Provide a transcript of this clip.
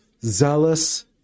zealous